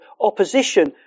opposition